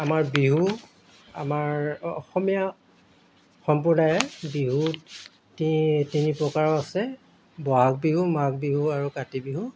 আমাৰ বিহু আমাৰ অসমীয়া সম্প্ৰদায়ে বিহু তি তিনি প্ৰকাৰৰ আছে বহাগ বিহু মাঘ বিহু আৰু কাতি বিহু